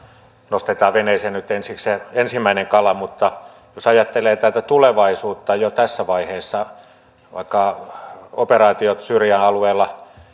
nostetaan veneeseen nyt ensiksi se ensimmäinen kala mutta jos ajattelee tulevaisuutta jo tässä vaiheessa niin vaikka operaatiot syyrian alueella